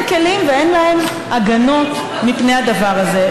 כלים ואין להם הגנות מפני הדבר הזה.